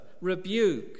rebuke